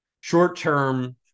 short-term